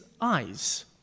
eyes